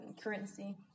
currency